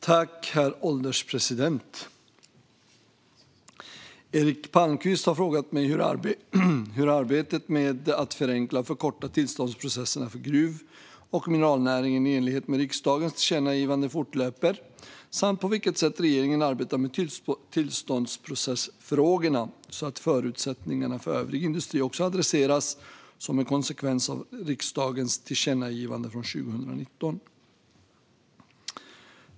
Herr ålderspresident! Eric Palmqvist har frågat mig hur arbetet med att förenkla och förkorta tillståndsprocesserna för gruv och mineralnäringen i enlighet med riksdagens tillkännagivande fortlöper samt på vilket sätt regeringen arbetar med tillståndsprocessfrågorna, så att förutsättningarna för övrig industri också adresseras som en konsekvens av riksdagens tillkännagivande från 2019.